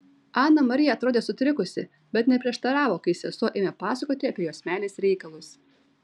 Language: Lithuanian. ana marija atrodė sutrikusi bet neprieštaravo kai sesuo ėmė pasakoti apie jos meilės reikalus